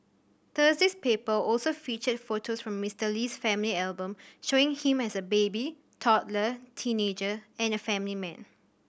Thursday's paper also featured photos from Mister Lee's family album showing him as a baby toddler teenager and a family man